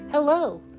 Hello